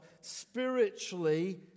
spiritually